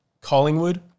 Collingwood